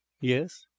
Yes